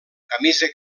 camisa